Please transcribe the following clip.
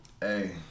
hey